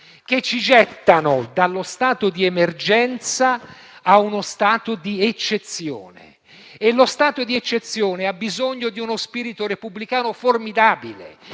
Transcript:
che ci gettano dallo stato di emergenza a uno stato di eccezione e lo stato di eccezione ha bisogno di uno spirito repubblicano formidabile